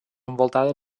envoltada